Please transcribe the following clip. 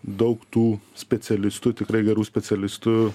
daug tų specialistų tikrai gerų specialistų